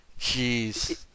jeez